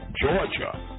Georgia